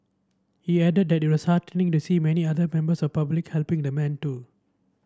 he added that it was heartening to see many other members of public helping the man too